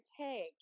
take